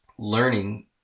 Learning